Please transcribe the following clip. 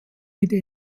beide